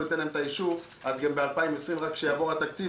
ניתן להן אישור אז גם ב-2020 הם יצאו רק כשיעבור התקציב,